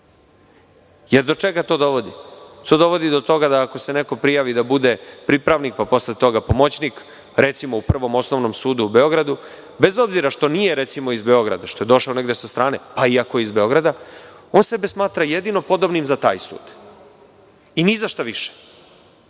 Jer, do čega to dovodi? To dovodi do toga da ako se neko prijavi da bude pripravnik, pa posle toga pomoćnik, recimo u Prvom osnovnom sudu u Beogradu, bez obzira što nije iz Beograda, što je došao negde sa strane, pa ako je i iz Beograda, on sebe smatra jedino podobnim za taj sud i ni zašta više.